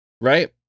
Right